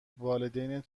والدینت